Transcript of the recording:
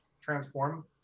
transform